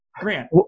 Grant